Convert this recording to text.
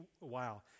wow